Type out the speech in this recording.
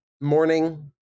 morning